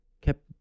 kept